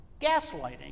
Gaslighting